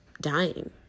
dying